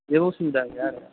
जेबो उसुबिदा गैया आरो